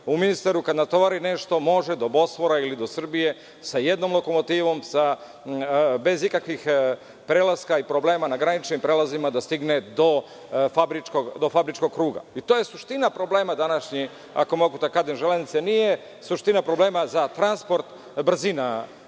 ili … kada natovari nešto može do Bosfora ili do Srbije sa jednom lokomotivom, bez ikakvih prelaska i problema na graničnim prelazima, da stigne do fabričkog kruga. To je suština problema današnje, ako mogu da kažem železnice. Nije suština problema za transport brzina